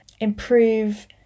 improve